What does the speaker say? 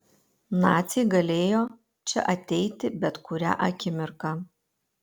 naciai galėjo čia ateiti bet kurią akimirką